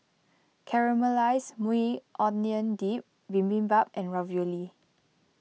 Caramelized Maui Onion Dip Bibimbap and Ravioli